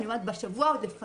ואני אומרת שעוד בשבוע לפניו,